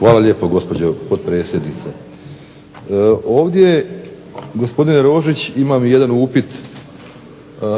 Hvala lijepo gospođo potpredsjednice. Ovdje gospodine Rožić imam jedan upit